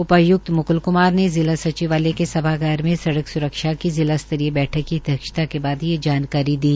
उपायुक्त मुकुल कुमार ने जिला सचिवालय के सभागार में सड़क स्रक्षा की जिला स्तरीय बैठक की अध्यक्षता करने के बाद ये जानकारी दी